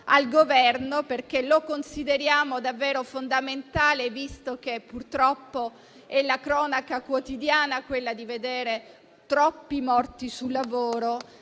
su questo, perché lo consideriamo davvero fondamentale, visto che, purtroppo, è cronaca quotidiana vedere troppi morti sul lavoro